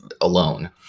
alone